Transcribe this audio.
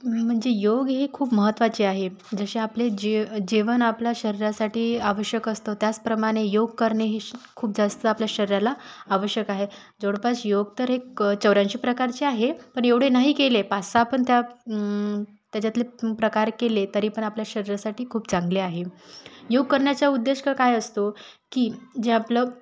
म्हणजे योग हे खूप महत्वाचे आहे जसे आपले जे जेवण आपल्या शरीरासाठी आवश्यक असतं त्याचप्रमाणे योग करणे हे खूप जास्त आपल्या शरीराला आवश्यक आहे जवळपास योग तर एक चौऱ्याऐंशी प्रकारचे आहे पण एवढे नाही केले पाच सहा पण त्या त्याच्यातले प्रकार केले तरी पण आपल्या शरीरासाठी खूप चांगले आहे योग करण्याचा उद्देश काय असतो की जे आपलं